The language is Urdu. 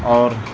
اور